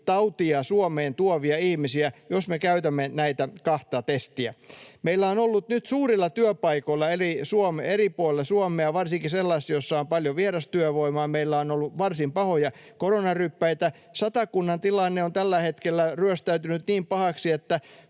tautia Suomeen tuovia ihmisiä, jos me käytämme näitä kahta testiä. Meillä on nyt suurilla työpaikoilla eri puolilla Suomea, varsinkin sellaisilla, joissa on paljon vierastyövoimaa, ollut varsin pahoja koronaryppäitä. Satakunnan tilanne on tällä hetkellä ryöstäytynyt niin pahaksi, että